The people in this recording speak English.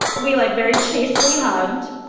but we, like, very chastely hugged